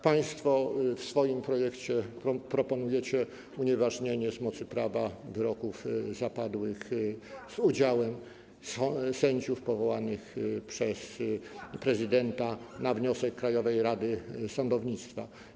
Państwo w swoim projekcie proponujecie unieważnienie z mocy prawa wyroków zapadłych z udziałem sędziów powołanych przez prezydenta na wniosek Krajowej Rady Sądownictwa.